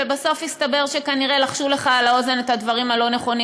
ובסוף הסתבר שלחשו לך על האוזן את הדברים הלא-נכונים.